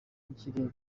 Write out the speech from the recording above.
n’ikirere